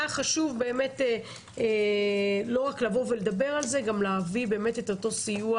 היה חשוב באמת לא רק לבוא ולדבר על זה אלא גם להביא את אותו סיוע